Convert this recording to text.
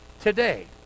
Today